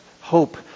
hope